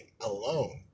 alone